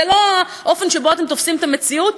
זה לא האופן שבו אתם תופסים את המציאות,